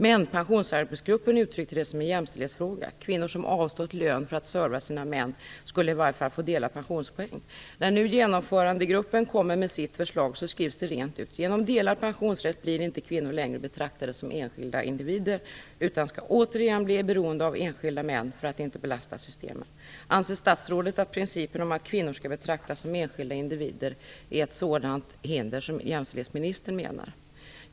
Men Pensionsarbetsgruppen uttryckte det som en jämställdhetsfråga. Kvinnor som avstått lön för att serva sina män skulle i varje fall få dela pensionspoäng. När nu Genomförandegruppen kommer med sitt förslag skrivs det rent ut att kvinnor genom delad pensionsrätt inte längre blir betraktade som enskilda individer, utan skall återigen bli beroende av enskilda män för att inte belasta systemen. Anser statsrådet att principen om att kvinnor skall betraktas som enskilda individer är ett sådant hinder som jämställdhetsministern menar?